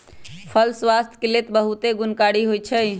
फल स्वास्थ्य के लेल बहुते गुणकारी होइ छइ